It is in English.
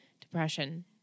depression